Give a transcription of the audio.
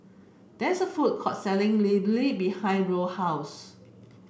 there is a food court selling Idili behind Roe house